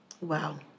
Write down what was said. Wow